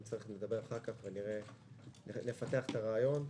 אם צריך נדבר אחר כך ונפתח את הרעיון.